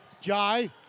Jai